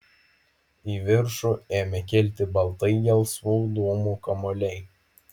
į viršų ėmė kilti baltai gelsvų dūmų kamuoliai